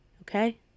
Okay